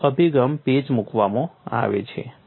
બીજો અભિગમ પેચ મૂકવામાં આવે છે